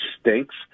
stinks